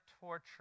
torture